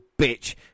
bitch